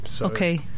Okay